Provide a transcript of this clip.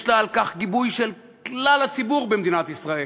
יש לה לכך גיבוי של כלל הציבור במדינת ישראל,